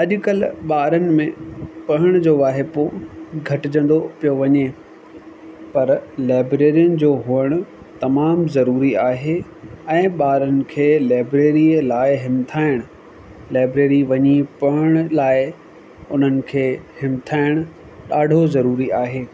अॼुकल्ह ॿारनि में पढ़ण जे वाहिबो घटिजंदो पियो वञे पर लाइब्रेरियुनि जो हुजणु तमामु ज़रूरी आहे ऐं ॿारनि खे लाइब्रेरीअ लाइ हिमथाइणु लाइब्रेरी वञी पढ़ण लाइ उन्हनि खे हिमथाइणु ॾाढो ज़रूरी आहे